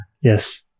Yes